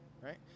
right